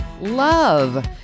love